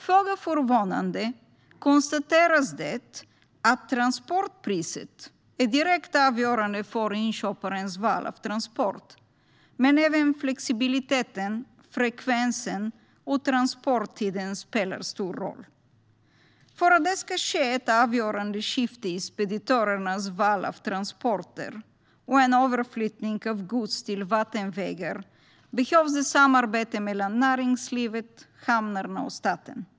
Föga förvånande konstateras att transportpriset är direkt avgörande för inköparens val av transport, men även flexibiliteten, frekvensen och transporttiden spelar stor roll. För att det ska ske ett avgörande skifte i speditörernas val av transporter och en överflyttning av gods till vattenvägar behövs samarbete mellan näringslivet, hamnarna och staten.